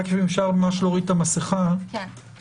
ההסכמה הרחבה